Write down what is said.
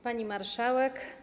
Pani Marszałek!